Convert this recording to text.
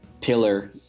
pillar